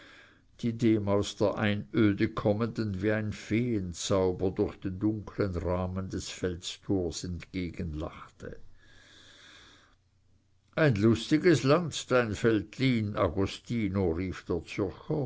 die dem aus der einöde kommenden wie ein feenzauber durch den dunkeln rahmen des felstors entgegenlachte ein lustiges land dein veltlin agostino rief der